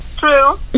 true